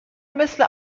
مثل